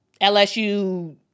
LSU